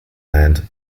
land